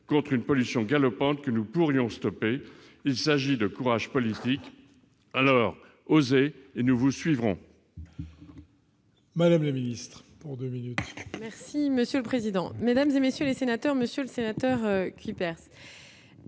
contre une pollution galopante que nous pourrions stoppée, il s'agit de courage politique alors oser et nous vous suivrons.